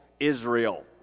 Israel